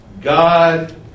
God